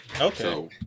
Okay